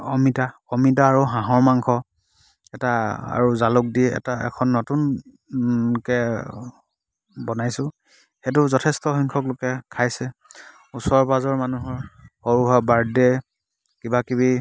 অমিতা অমিতা আৰু হাঁহৰ মাংস এটা আৰু জালুক দি এটা এখন নতুন কে বনাইছোঁ সেইটো যথেষ্ট সংখ্যক লোকে খাইছে ওচৰৰ পাজৰৰ মানুহৰ সৰু সুৰা বাৰ্থদে কিবা কিবি